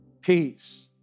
peace